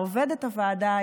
עובדת הוועדה,